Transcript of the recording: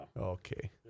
Okay